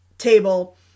table